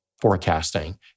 forecasting